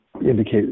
indicate